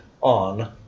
on